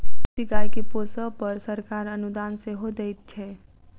देशी गाय के पोसअ पर सरकार अनुदान सेहो दैत छै